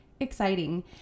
Exciting